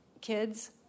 kids